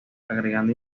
agregando